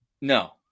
no